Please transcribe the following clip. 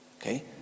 Okay